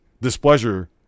displeasure